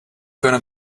gonna